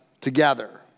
together